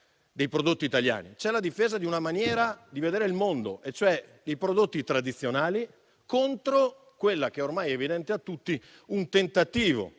ma la difesa di una maniera di vedere il mondo, e cioè, i prodotti tradizionali contro quello che ormai è evidente a tutti, ovvero il tentativo